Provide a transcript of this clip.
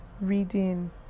reading